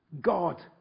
God